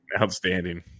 Outstanding